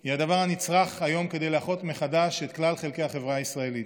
היא הדבר הנצרך היום כדי לאחות מחדש את כלל חלקי החברה הישראלית.